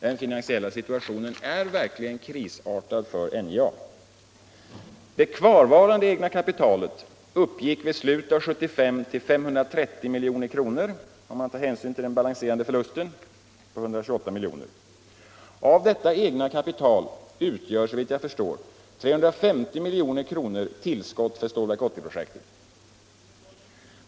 Den finansiella situationen är verkligen krisartad för NJA. Det kvarvarande egna kapitalet uppgick i slutet av 1975 till 530 milj.kr., om man tar hänsyn till den balanserade förlusten på 128 milj.kr. Av detta egna kapital utgör, såvitt jag förstår, 350 milj.kr. tillskott för Stålverk 80-projektet.